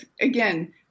Again